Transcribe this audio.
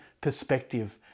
perspective